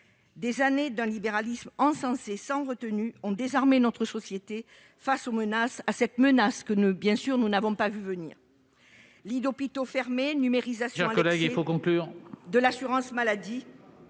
Des années d'un libéralisme encensé sans retenue ont désarmé notre société face à une menace que nous n'avons pas vue venir. Lits d'hôpitaux fermés, numérisation à l'excès de l'assurance maladie